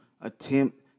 attempt